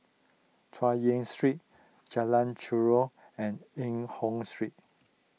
Chay Yan Street Jalan Chorak and Eng Hoon Street